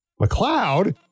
McLeod